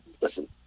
listen